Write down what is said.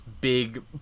big